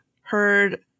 heard